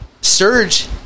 Surge